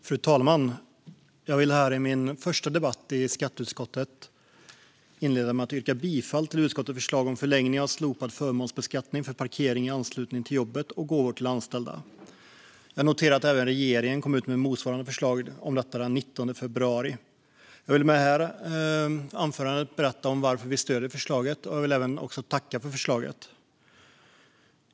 Fru talman! Jag vill här, i min första debatt i skatteutskottet, inleda med att yrka bifall till utskottets förslag om förlängning av slopad förmånsbeskattning för parkering i anslutning till jobbet och gåvor till anställda. Jag noterar att även regeringen kom med motsvarande förslag om detta den 19 februari. Jag vill i detta anförande berätta varför vi stöder förslaget och även tacka för förslaget.